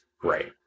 great